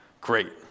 great